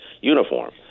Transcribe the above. uniform